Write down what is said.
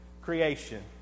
creation